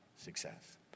Success